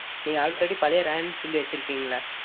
நீங்கள் ஆல்ரெடி பழைய Royal Enfield வச்சிருக்கீங்கல்ல